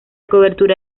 cobertura